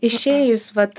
išėjus vat